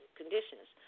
conditions